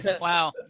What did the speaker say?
Wow